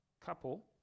couple